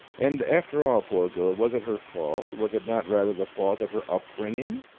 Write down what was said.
and, after all, poor girl, was it her fault? was it not rather the fault of her upbringing?